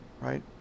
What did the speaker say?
right